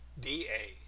D-A